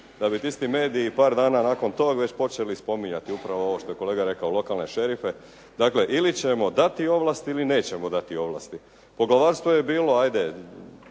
Da bi ti isti mediji par dana nakon toga već počeli spominjati upravo ovo što je kolega rekao, lokalne šerife. Dakle, ili ćemo dati ovlasti ili nećemo dati ovlasti. Poglavarstvo je bilo, hajde,